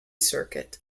circuit